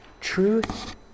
Truth